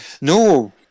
no